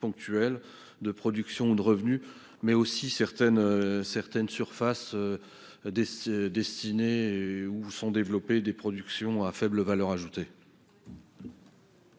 de production ou de revenu, mais aussi certaines surfaces destinées à des productions à faible valeur ajoutée.